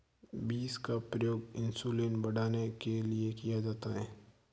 beans का प्रयोग insulin बढ़ाने के लिए किया जाता है